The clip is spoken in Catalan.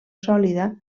sòlida